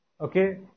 okay